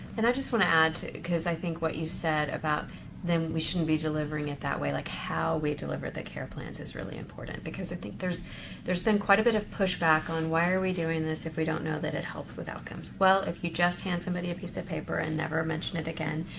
and i just want to add because i think what you said about them, we shouldn't be delivering it that way, like how we deliver the care plans is really important because i think there's there's been quite a bit of pushback on, why are we doing this if we don't know that it helps with outcomes? well, if you just hand somebody a piece of paper, and never mention it again,